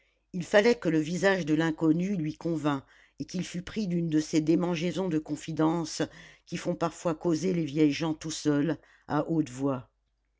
il fallait que le visage de l'inconnu lui convînt et qu'il fût pris d'une de ces démangeaisons de confidences qui font parfois causer les vieilles gens tout seuls à haute voix